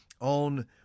on